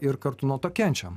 ir kartu nuo to kenčiam